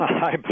Hi